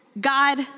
God